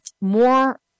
more